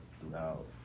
throughout